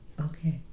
Okay